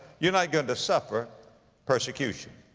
you're not going to suffer persecution.